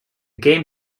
game